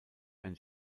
ein